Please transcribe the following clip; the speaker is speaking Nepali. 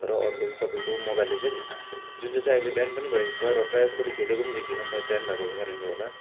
र अर्को चाहिँ तपाईँको मोबाइल लेजेन्ड्स जुन चाहिँ चाहिँ अहिले ब्यान्ड पनि भएको छ र प्रायःजस्तोले खेलेको पनि देख्दिनँ सायद ब्यान्ड भएको कारणले होला